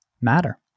matter